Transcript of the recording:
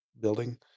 building